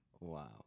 Wow